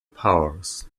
powers